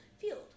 field